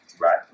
Right